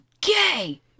gay